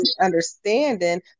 understanding